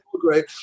great